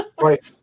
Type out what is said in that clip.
Right